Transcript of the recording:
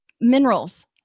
minerals